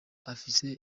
afise